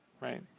Right